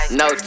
no